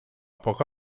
poco